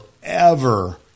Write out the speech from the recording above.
forever